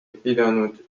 pidanud